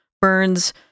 burns